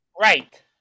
right